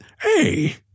Hey